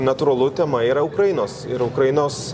natūralu tema yra ukrainos ir ukrainos